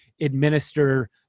administer